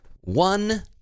one